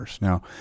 Now